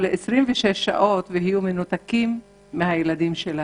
ל-26 שעות ויהיו מנותקים מהילדים שלהם.